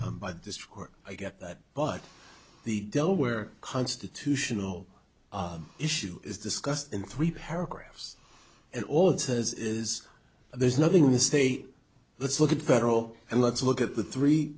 where i get that but the delaware constitutional issue is discussed in three paragraphs and all it says is there's nothing the state let's look at federal and let's look at the three